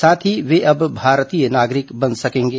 साथ ही वे अब भारतीय नागरिक बन सकेंगे